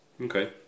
okay